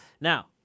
Now